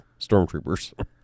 stormtroopers